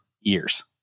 years